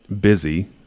busy